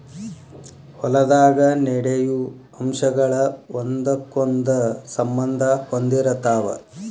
ಹೊಲದಾಗ ನಡೆಯು ಅಂಶಗಳ ಒಂದಕ್ಕೊಂದ ಸಂಬಂದಾ ಹೊಂದಿರತಾವ